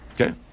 Okay